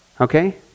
Okay